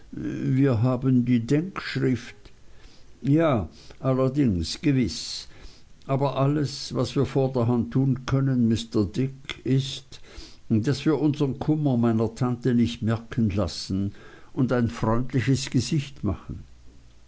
wir haben die denkschrift ja allerdings gewiß aber alles was wir vorderhand tun können mr dick ist daß wir unsern kummer meiner tante nicht merken lassen und ein freundliches gesicht machen